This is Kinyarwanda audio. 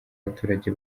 abaturage